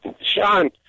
Sean